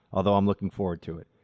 although i'm looking forward to it.